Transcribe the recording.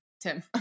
Tim